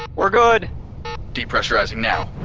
we're good de-pressurizing now